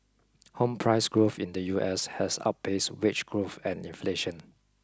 home price growth in the U S has outpaced wage growth and inflation